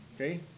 Okay